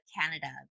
Canada